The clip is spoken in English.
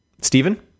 Stephen